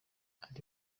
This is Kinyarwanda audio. kuri